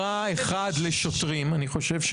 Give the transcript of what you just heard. דעת המיעוט של השופט מלצר בפסק הדין אמרה שהבן